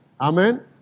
Amen